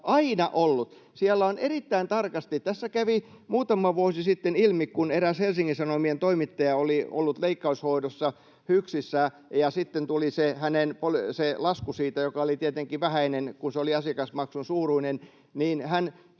aina ollut. Siellä on erittäin tarkasti... Tämä kävi muutama vuosi sitten ilmi, kun eräs Helsingin Sanomien toimittaja oli ollut leikkaushoidossa HYKSissä ja sitten tuli se lasku siitä, joka oli tietenkin vähäinen, kun se oli asiakasmaksun suuruinen. Hän